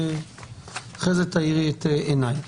אחרי זה תאירי את עיניי.